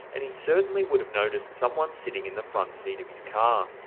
and he certainly would have noticed someone sitting in the front seat of his car.